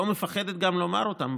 לא מפחדת גם לומר אותם,